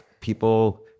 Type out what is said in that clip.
people